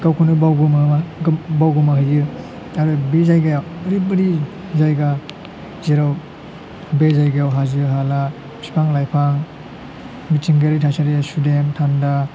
गावखौनो बावगोमाना बावगोमा हैयो आरो बे जायगायाव ओरैबायदि जायगा जेराव बे जायगायाव हाजो हाला बिफां लाइफां मिथिंगायारि थासारिया सुदेम थान्दा